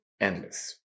endless